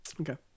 Okay